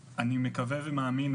אני מעריכה אותן על כל הדרך הזו,